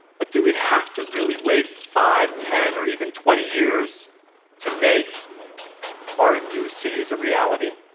but do we have to really wait five, ten or even twenty years to make our new cities a reality?